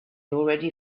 already